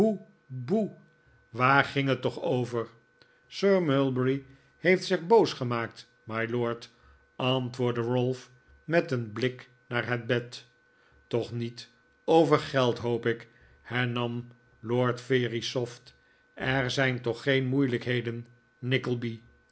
boe waar ging het toch over sir mulberry heeft zich boos gemaakt mylord antwoordde ralph met een blik naar het bed toch niet over geld hoop ik hernam lord verisopht er zijn toch geen moeilijkheden